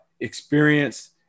Experience